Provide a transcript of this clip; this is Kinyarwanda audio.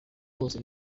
bose